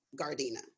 gardena